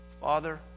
Father